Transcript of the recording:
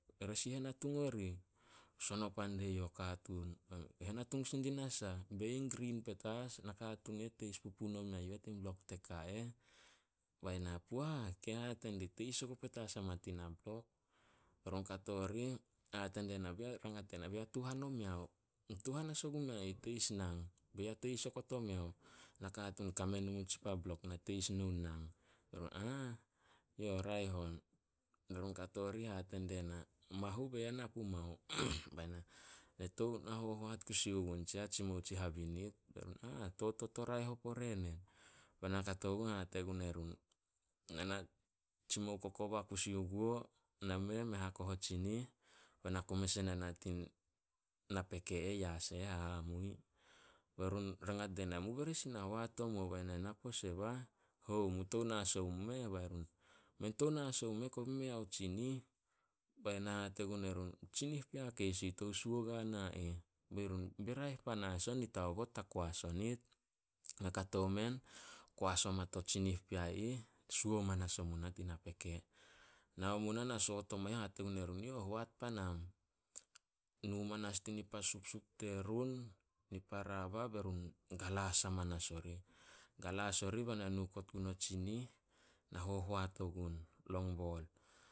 "Resih henatung orih?" Son o pan de youh o katuun. "Henatung sin di nasah?" "Bein grin petas, nakatuun i eh teis pupun o mea eh tin blok te ka eh." Be na, "Puah! Ke hate dih, teis oku petas ama tina blok." Be run kato rih, rangat die na, "Bi ya tuhan omeo?" "Na tuhan as ogumea ih, teis nang." "Bi ya teis okot omeo?" "Nakatuun kame ni mu tsi pa blok na teis nouh nang." Be run, "Ah, yo raeh on." Be run kato rih hate die na, "Mahu be ya na pumao?" Bai na, "Na tou na hohoat kusi gun tsiah tsimou tsi habinit." Be run, "Ah, totot o raeh o pore nen." Ba na kato gun hate gun erun, "Ne na tsimou kokoba kusi guo, nameh me hakoh o tsinih be na ku mes e nah tin napeke eh yas e eh, Hahamui." Be run rangat die na, "Mu bere sih na hoat omuo?" Bai na, "Na pose bah. 'Hou mu tou na as omu meh?'" Bai run, "Men tou na as omu meh kobe mei ao tsinih." Be na hate gun erun, "Tsinih pea keis yu ih tou suo guana ih." "Be raeh panas on nit aobot ta koas o nit." Kato men koas oma to tsinih pea ih, suo manas omu nah tin napeke. Nao mu nah na soot oma eh, hate gun erun, "Yo hoat panam." Nu manas dini pa supsup terun, ni pa raba be run galas amanas orih. Galas orih be na nu kot gun o tsinih, na hohoat ogun, longbol.